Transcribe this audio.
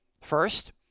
first